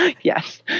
Yes